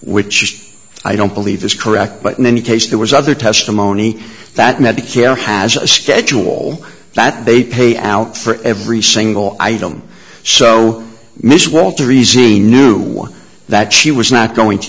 which i don't believe that's correct but in any case there was other testimony that medicare has a schedule that they pay out for every single item so michelle to resign a new one that she was not going to